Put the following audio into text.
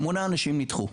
שמונה אנשים נדחו.